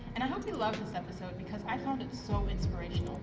and i hope you loved this episode, because i found it so inspirational.